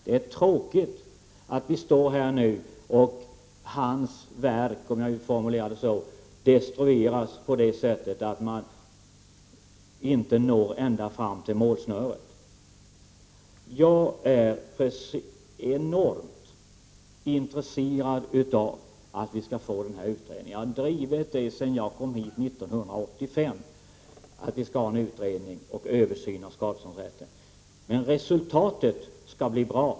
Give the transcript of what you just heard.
Det är tråkigt att hans verk, om jag formulerar det så, nu destrueras genom att man inte når ända fram till målsnöret. Jag är enormt intresserad av att vi skall få en utredning. Jag har drivit det kravet sedan jag kom hit 1985, att vi skall göra en utredning och en översyn av skadeståndsrätten. Men resultatet skall bli bra.